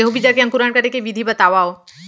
गेहूँ बीजा के अंकुरण करे के विधि बतावव?